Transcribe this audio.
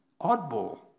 oddball